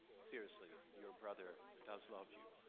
seriously, your brother does love you.